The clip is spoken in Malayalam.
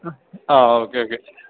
ആ ഓക്കെ ഓക്കെ